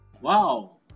Wow